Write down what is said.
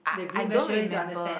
the green vegetable you don't understand